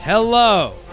Hello